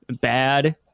bad